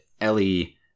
Ellie